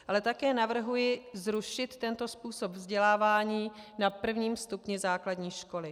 Ale také navrhuji zrušit tento způsob vzdělávání na prvním stupni základní školy.